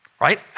right